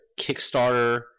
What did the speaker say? Kickstarter